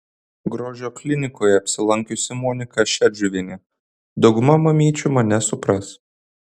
grožio klinikoje apsilankiusi monika šedžiuvienė dauguma mamyčių mane supras